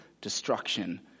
destruction